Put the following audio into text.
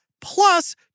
plus